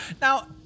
Now